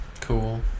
cool